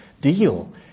deal